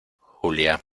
julia